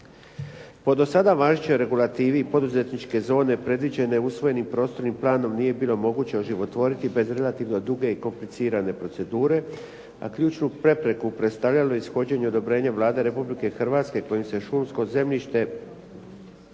Po do sada važećoj regulativi, poduzetničke zone predviđene usvojenim prostornim planom nije bilo moguće oživotvoriti bez relativno duge i komplicirane procedure, a ključnu prepreku predstavljalo je ishođenje odobrenje Vlade Republike Hrvatske kojim se šumsko zemljište trebalo